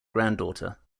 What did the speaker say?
granddaughter